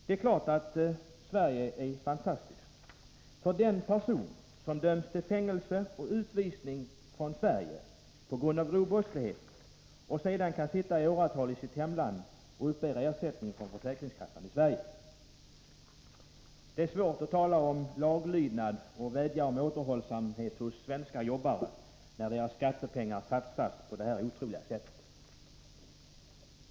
Det är klart att Sverige är fantastiskt — för den person som döms till fängelse och utvisning från Sverige på grund av grov brottslighet och sedan kan sitta i åratal i sitt hemland och uppbära ersättning från försäkringskassan i Sverige. Det är svårt att tala om laglydnad och vädja om återhållsamhet av svenska jobbare när deras skattepengar satsas på det här otroliga sättet.